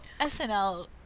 SNL